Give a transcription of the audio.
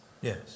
Yes